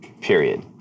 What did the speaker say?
Period